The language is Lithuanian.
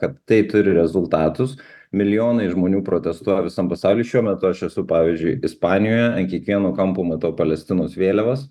kad tai turi rezultatus milijonai žmonių protestuoja visam pasauly šiuo metu aš esu pavyzdžiui ispanijoje ant kiekvieno kampo matau palestinos vėliavas